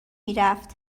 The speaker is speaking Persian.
میرفت